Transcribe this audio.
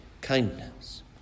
kindness